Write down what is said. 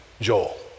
Joel